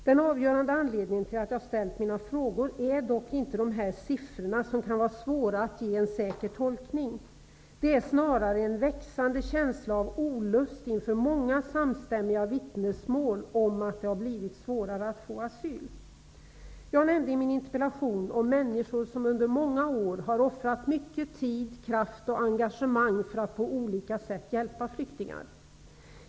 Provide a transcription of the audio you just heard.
Den avgörande anledningen till att jag ställt mina frågor är dock inte dessa siffror där det kan vara svårt att göra en säker tolkning. Det är snarare en växande känsla av olust inför många samstämmiga vittnesmål om att det har blivit svårare att få asyl. Jag nämnde i min interpellation att det finns människor som i många år lagt ner mycket tid, kraft och engagemang för att på olika sätt hjälpa flyktingar.